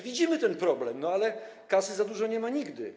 Widzimy ten problem, ale kasy za dużo nie ma nigdy.